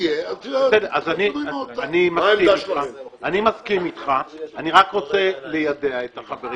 אני מסכים אתך, אני רק רוצה ליידע את החברים,